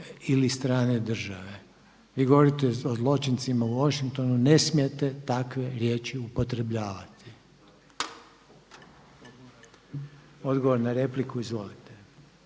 ili strane države. Vi govorite o zločincima u Washingtonu, ne smijete takve riječi upotrebljavati. Odgovor na repliku, izvolite.